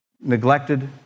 neglected